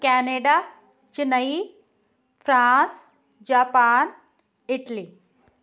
Canada Chennai France Japan Italy